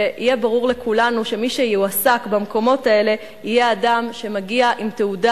ויהיה ברור לכולנו שמי שיועסק במקומות האלה יהיה אדם שמגיע עם תעודה